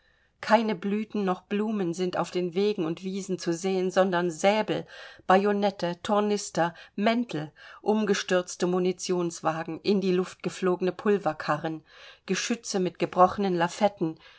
keine blüten noch blumen sind auf den wegen und wiesen zu sehen sondern säbel bajonette tornister mäntel umgestürzte munitionswagen in die luft geflogene pulverkarren geschütze mit gebrochenen